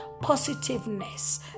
positiveness